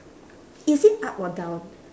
is it up or down